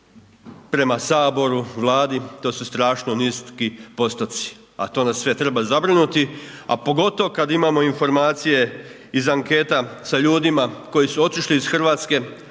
prema Saboru, Vladi, to su strašno niski postupci a to nas sve treba zabrinuti. A pogotovo kada imamo informacije iz anketa sa ljudima koji su otišli iz Hrvatske